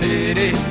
City